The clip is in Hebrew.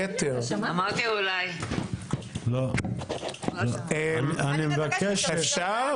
אני מבקשת להוציא אותה.